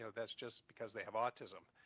so that's just because they have autism.